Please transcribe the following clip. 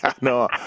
No